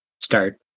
start